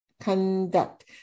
conduct